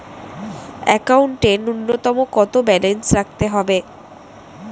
একাউন্টে নূন্যতম কত ব্যালেন্স রাখতে হবে?